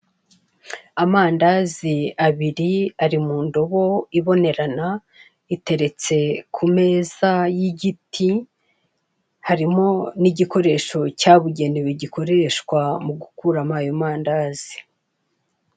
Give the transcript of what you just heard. Amandazi abiri ari mu indobo ibonerana iteretse kumeza y'igiti, harimo n'igikoresha cyabugenewe gikoreshwa mugukuramo ayo mandazi.